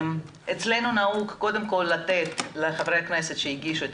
אצלנו נהוג קודם כל לתת לחברי הכנסת שהגישו את